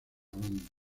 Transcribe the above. banda